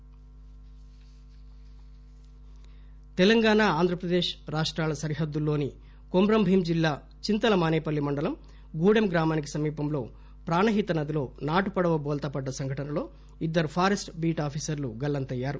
drowned Telangana Andhra Pradesh రాష్టాల సరిహద్దుల్లోని కొమరంభీం జిల్లా చింతలమాసేపల్లి మండలం గూడెం గ్రామానికి సమీపంలో ప్రాణహిత నదిలో నాటు పడవ బోల్తాపడ్డ సంఘటనలో ఇద్దరు ఫారెస్టు బీట్ ఆఫీసర్లు గల్లంతయ్యారు